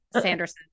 Sanderson